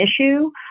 issue